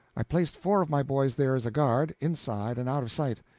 i placed four of my boys there as a guard inside, and out of sight.